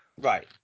Right